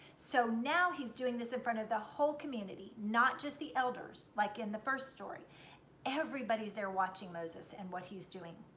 so now he's doing this in front of the whole community, not just the elders like in the first story everybody's there watching moses and what he's doing.